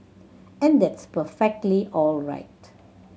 and that's perfectly all right